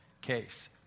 case